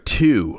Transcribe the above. two